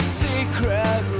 secret